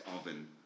oven